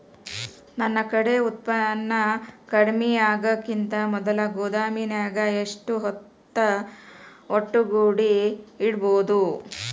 ನನ್ ಕಡೆ ಉತ್ಪನ್ನ ಕಡಿಮಿ ಆಗುಕಿಂತ ಮೊದಲ ಗೋದಾಮಿನ್ಯಾಗ ಎಷ್ಟ ಹೊತ್ತ ಒಟ್ಟುಗೂಡಿ ಇಡ್ಬೋದು?